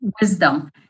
wisdom